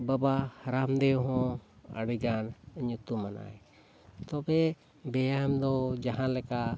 ᱵᱟᱵᱟ ᱨᱟᱢᱫᱮᱣ ᱦᱚᱸ ᱟᱹᱰᱤᱜᱟᱱ ᱧᱩᱛᱩᱢᱟᱱᱟᱭ ᱛᱚᱵᱮ ᱵᱮᱭᱟᱢ ᱫᱚ ᱡᱟᱦᱟᱸ ᱞᱮᱠᱟ